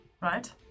Right